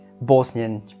Bosnian